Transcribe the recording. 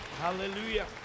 Hallelujah